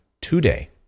today